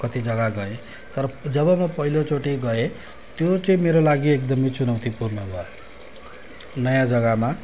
कति जग्गा गएँ तर जब म पहिलोचोटि गएँ त्यो चाहिँ मेरो लागि एकदमै चुनौतीपूर्ण भयो नयाँ जग्गामा